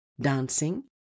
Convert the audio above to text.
dancing